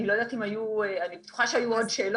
אני בטוחה שהיו עוד שאלות.